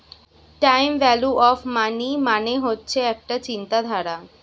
time value of money মানে হচ্ছে একটা চিন্তাধারা